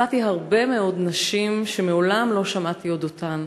מצאתי הרבה מאוד נשים שמעולם לא שמעתי על אודותיהן: